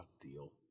deal